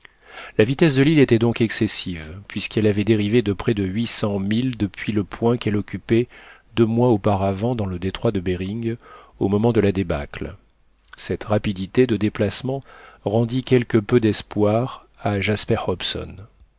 la vitesse de l'île était donc excessive puisqu'elle avait dérivé de près de huit cents milles depuis le point qu'elle occupait deux mois auparavant dans le détroit de behring au moment de la débâcle cette rapidité de déplacement rendit quelque peu d'espoir à jasper hobson